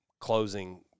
closing